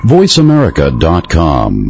VoiceAmerica.com